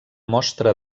mostra